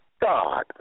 God